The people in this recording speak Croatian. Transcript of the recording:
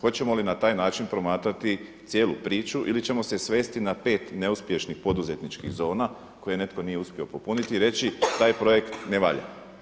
Hoćemo li na taj način promatrati cijelu priču ili ćemo se svesti na 5 neuspješnih poduzetničkih zona koje netko nije uspio popuniti i reći taj projekt ne valja?